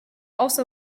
also